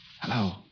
Hello